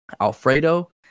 Alfredo